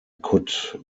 could